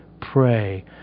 pray